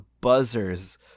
buzzers